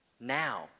now